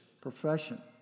profession